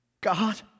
God